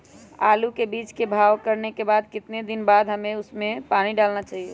आलू के बीज के भाव करने के बाद कितने दिन बाद हमें उसने पानी डाला चाहिए?